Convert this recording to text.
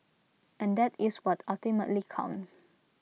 and that is what ultimately counts